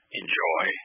enjoy